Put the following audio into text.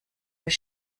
was